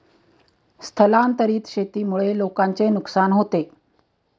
स्थलांतरित शेतीमुळे लोकांचे नुकसान होते